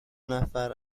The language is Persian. نفر